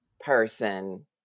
person